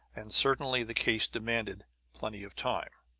and certainly the case demanded plenty of time.